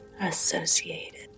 associated